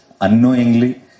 Unknowingly